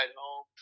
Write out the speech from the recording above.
home